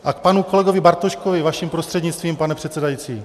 A k panu kolegovi Bartoškovi vaším prostřednictvím, pane předsedající.